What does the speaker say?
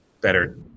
better